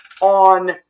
on